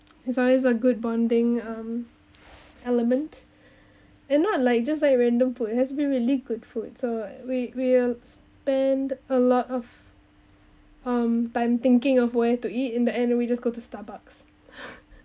t's always a good bonding um element and not like just like random food has to be really good food so we we'll spend a lot of um time thinking of where to eat in the end we just go to starbucks